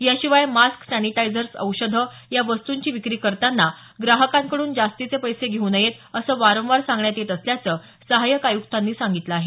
याशिवाय mask sanitizers औषध या वस्तूची विक्री करतांना ग्राहकांकडून जास्तीचे पैसे घेऊन नयेत असे वारंवार सांगण्यात येत असल्याच सहाय्यक आय्क्तांनी सांगितलं आहे